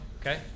Okay